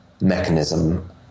mechanism